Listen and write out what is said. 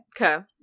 Okay